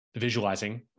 visualizing